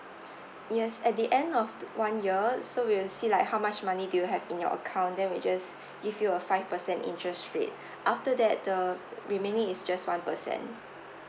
yes at the end of th~ one year so we'll see like how much money do you have in your account their wages if you a five percent interest rate after that the remaining is just one percent